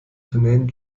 tourneen